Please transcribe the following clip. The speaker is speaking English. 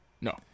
No